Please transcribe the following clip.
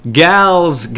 gals